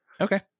Okay